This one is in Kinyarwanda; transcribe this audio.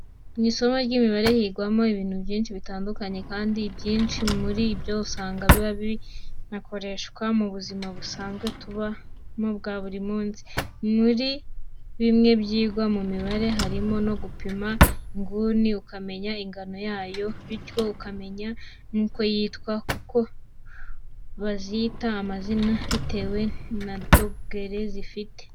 Mu isomo ry'imibare higirwamo ibintu byinshi bitandukanye, kandi ibyinshi muri byo usanga biba binakoreshwa mu buzima busanzwe tubamo bwa buri munsi. Muri bimwe byigwa mu mibare, harimo no gupima inguni ukamenya ingano yayo, bityo ukamenya nuko yitwa kuko bazita amazina bitewe na dogere zifite.